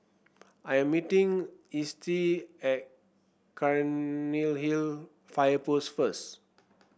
I am meeting Estie at Cairnhill Fire Post first